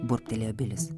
burbtelėjo bilis